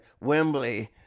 Wembley